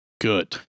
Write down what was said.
good